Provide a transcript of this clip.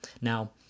Now